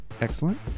Excellent